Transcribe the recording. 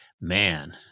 man